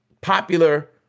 popular